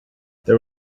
there